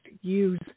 use